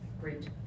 great